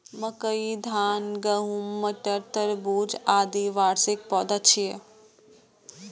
मकई, धान, गहूम, मटर, तरबूज, आदि वार्षिक पौधा छियै